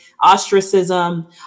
ostracism